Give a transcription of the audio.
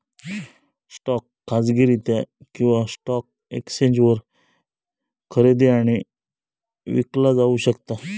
stock खाजगीरित्या किंवा stock एक्सचेंजवर खरेदी आणि विकला जाऊ शकता